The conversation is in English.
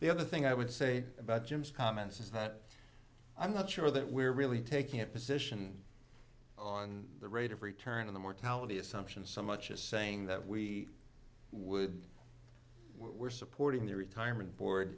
the other thing i would say about jim's comments is that i'm not sure that we're really taking a position on the rate of return of the mortality assumptions so much as saying that we would we're supporting the retirement board